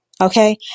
Okay